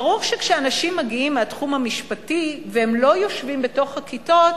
ברור שכאשר אנשים מגיעים מהתחום המשפטי והם לא יושבים בכיתות,